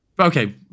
Okay